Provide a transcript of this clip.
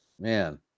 man